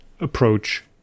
approach